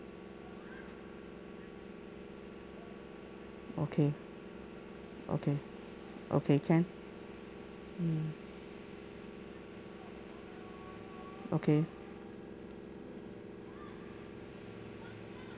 okay okay okay can mm okay